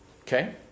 Okay